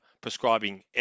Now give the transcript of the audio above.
prescribing